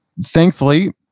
thankfully